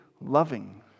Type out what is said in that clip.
loving